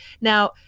Now